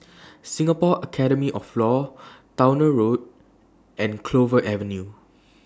Singapore Academy of law Towner Road and Clover Avenue